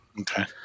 Okay